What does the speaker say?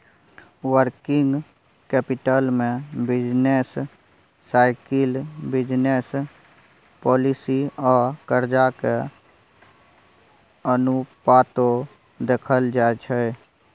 working capital में business cycle, business policy आ कर्जा के अनुपातो देखल जाइ छइ